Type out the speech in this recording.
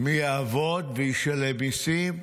מי יעבוד, מי ישלם מיסים,